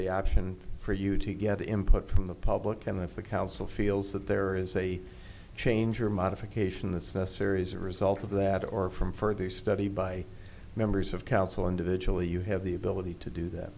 the option for you to get input from the public can move the council feels that there is a change or modification the series a result of that or from further study by members of council individually you have the ability to do that